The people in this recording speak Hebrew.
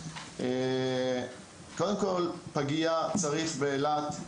קודם כל פגייה צריך באילת,